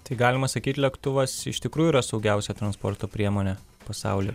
tai galima sakyt lėktuvas iš tikrųjų yra saugiausia transporto priemonė pasauly